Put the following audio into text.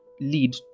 lead